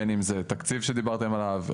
בין אם זה תקציב שדיברתם עליו,